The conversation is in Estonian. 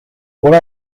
pole